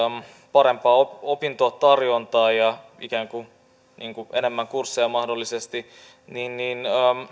parempaa opintotarjontaa ja ikään kuin enemmän kursseja mahdollisesti on